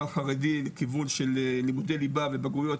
החרדי לכיוון של לימודי ליבה ובגרויות,